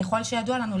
ככל שידוע לנו,